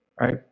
right